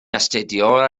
astudio